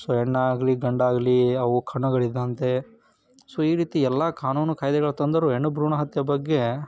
so ಹೆಣ್ಣಾಗಲಿ ಗಂಡಾಗಲಿ ಅವು ಕಣ್ಣುಗಳಿದ್ದಂತೆ ಸೊ ಈ ರೀತಿ ಎಲ್ಲ ಕಾನೂನು ಕಾಯಿದೆಗಳು ತಂದರೂ ಹೆಣ್ಣು ಭ್ರೂಣ ಹತ್ಯೆ ಬಗ್ಗೆ